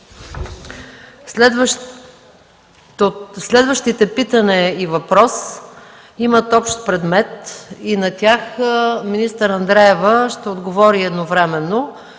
Следващите питане и въпрос имат общ предмет и на тях министър Андреева ще отговори едновременно.